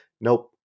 Nope